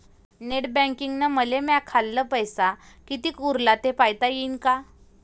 Net बँकिंगनं मले माह्या खाल्ल पैसा कितीक उरला थे पायता यीन काय?